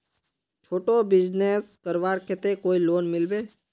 छोटो बिजनेस करवार केते कोई लोन मिलबे?